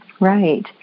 right